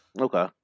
Okay